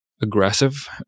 aggressive